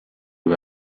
või